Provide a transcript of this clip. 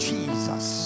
Jesus